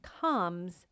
comes